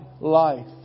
life